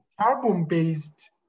carbon-based